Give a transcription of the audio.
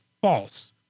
false